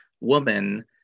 woman